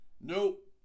Nope